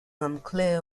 unclear